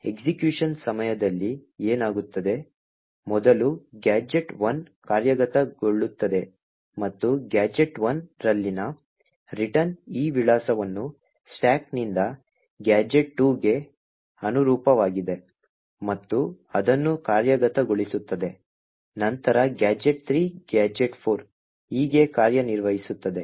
ಆದ್ದರಿಂದ ಎಸ್ಎಕ್ಯುಷನ್ ಸಮಯದಲ್ಲಿ ಏನಾಗುತ್ತದೆ ಮೊದಲು ಗ್ಯಾಜೆಟ್ 1 ಕಾರ್ಯಗತಗೊಳ್ಳುತ್ತದೆ ಮತ್ತು ಗ್ಯಾಜೆಟ್ 1 ರಲ್ಲಿನ ರಿಟರ್ನ್ ಈ ವಿಳಾಸವನ್ನು ಸ್ಟಾಕ್ ನಿಂದ ಗ್ಯಾಜೆಟ್ 2 ಗೆ ಅನುರೂಪವಾಗಿದೆ ಮತ್ತು ಅದನ್ನು ಕಾರ್ಯಗತಗೊಳಿಸುತ್ತದೆ ನಂತರ ಗ್ಯಾಜೆಟ್ 3 ಗ್ಯಾಜೆಟ್ 4 ಹೀಗೆ ಕಾರ್ಯನಿರ್ವಹಿಸುತ್ತದೆ